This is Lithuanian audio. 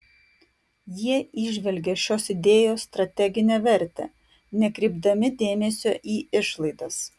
jie įžvelgė šios idėjos strateginę vertę nekreipdami dėmesio į išlaidas